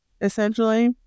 essentially